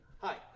Hi